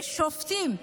יש שופטים.